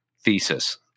thesis